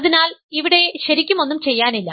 അതിനാൽ ഇവിടെ ശരിക്കും ഒന്നും ചെയ്യാനില്ല